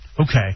Okay